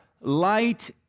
light